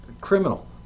Criminal